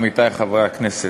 עמיתי חברי הכנסת,